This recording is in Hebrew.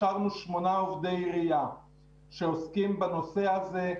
הכשרנו שמונה עובדי עירייה שעוסקים בנושא הזה.